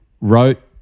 wrote